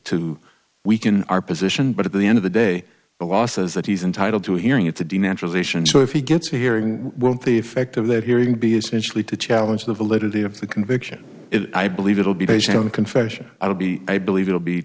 weaken our position but at the end of the day the law says that he's entitled to a hearing it's a d naturalization so if he gets a hearing world the effect of that hearing to be essentially to challenge the validity of the conviction i believe it will be based on a confession i will be i believe it will be